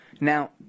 Now